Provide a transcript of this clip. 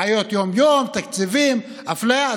בעיות יום-יום, תקציבים, אפליה.